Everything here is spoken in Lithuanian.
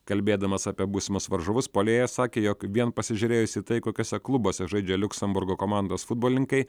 kalbėdamas apie būsimus varžovus puolėjas sakė jog vien pasižiūrėjus į tai kokiuose klubuose žaidžia liuksemburgo komandos futbolininkai